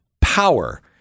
power